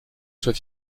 sois